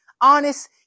honest